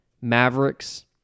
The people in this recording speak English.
Mavericks